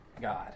god